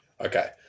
Okay